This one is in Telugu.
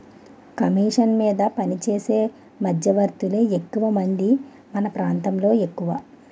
కమీషన్ మీద పనిచేసే మధ్యవర్తులే ఎక్కువమంది మన ప్రాంతంలో ఎక్కువ